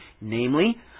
namely